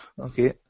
okay